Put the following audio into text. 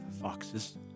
foxes